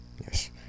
Yes